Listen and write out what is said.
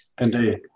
indeed